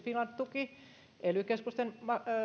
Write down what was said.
finland tuki ely keskusten